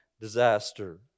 disaster